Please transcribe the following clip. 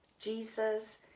Jesus